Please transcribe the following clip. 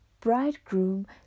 bridegroom